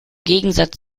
gegensatz